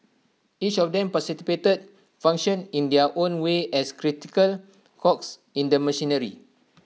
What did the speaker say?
each of them participated functioned in their own way as crucial cogs in the machinery